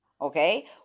Okay